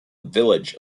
village